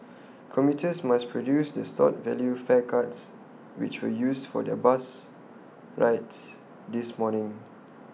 commuters must produce their stored value fare cards which were used for their bus rides this morning